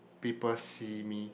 people see me